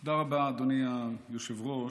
תודה רבה, אדוני היושב-ראש.